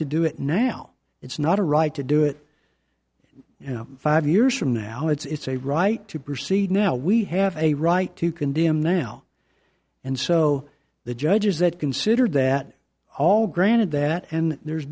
to do it now it's not a right to do it and five years from now it's a right to proceed now we have a right to condemn now and so the judges that considered that all granted that and there's